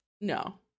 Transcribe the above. No